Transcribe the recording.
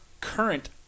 current